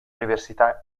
università